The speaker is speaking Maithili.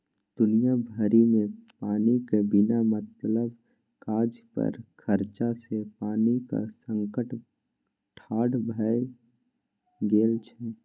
दुनिया भरिमे पानिक बिना मतलब काज पर खरचा सँ पानिक संकट ठाढ़ भए गेल छै